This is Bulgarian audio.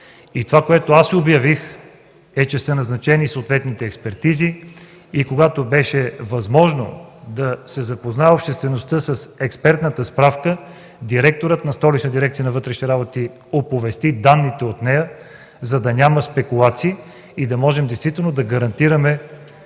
газов пистолет. Аз обявих, че са обявени съответните експертизи и когато беше възможно обществеността да се запознае с експертната справка, директорът на Столичната дирекция на вътрешните работи оповести данните от нея, за да няма спекулации и да можем действително да гарантираме